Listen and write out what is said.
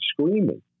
screaming